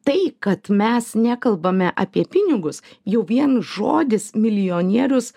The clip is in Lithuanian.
tai kad mes nekalbame apie pinigus jau vien žodis milijonierius